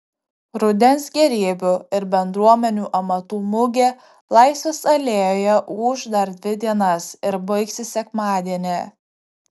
rudens gėrybių ir bendruomenių amatų mugė laisvės alėjoje ūš dar dvi dienas ir baigsis sekmadienį